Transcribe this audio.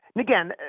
again